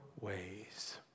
ways